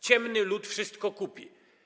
Ciemny lud wszystko kupi.